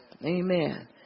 Amen